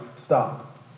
Stop